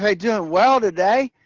hey, doing well today.